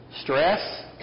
Stress